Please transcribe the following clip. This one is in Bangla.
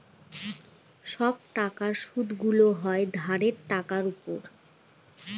সব টাকার সুদগুলো হয় ধারের টাকার উপর